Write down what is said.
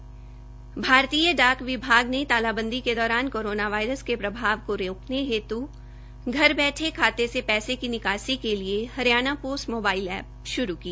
भारतीय डाक विभाग ने तालाबंदी के दौरान कोरोना वायरस के प्रभाव को रोकने हेतु घर बैठे खाते से पैसे की निकासी के लिए हरियाणा पोस्ट मोबाईल एप शुरू की